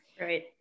Right